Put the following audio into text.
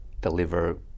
deliver